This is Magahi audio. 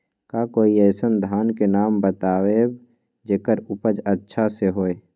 का कोई अइसन धान के नाम बताएब जेकर उपज अच्छा से होय?